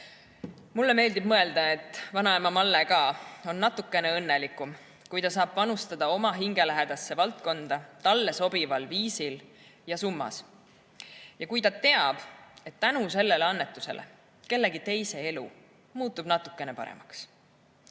Mulle meeldib mõelda, et ka vanaema Malle on natuke õnnelikum, kui ta saab panustada oma hingelähedasse valdkonda talle sobival viisil ja summas ning kui ta teab, et tänu sellele annetusele kellegi teise elu muutub natukene paremaks.